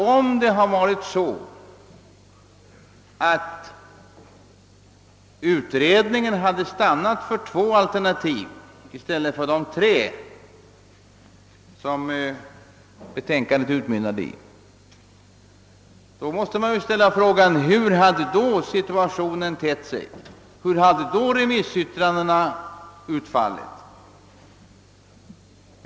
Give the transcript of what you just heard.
Om utredningen hade stannat vid två alternativ i stället för de tre, som betänkandet utmynnade i, hur hade då remissyttrandena utfallit?